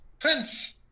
Prince